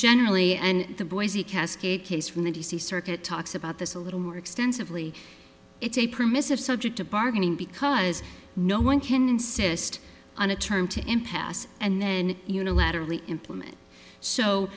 generally and the boise cascade case from the d c circuit talks about this a little more extensively it's a permissive subject to bargaining because no one can insist on a term to impasse and then unilaterally implement so